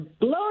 blown